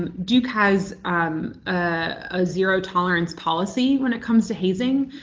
um duke has a zero-tolerance policy when it comes to hazing,